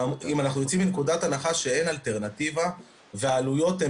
אם אנחנו יוצאים מנקודת הנחה שאין אלטרנטיבה והעלויות הן